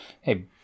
Hey